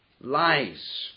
Lies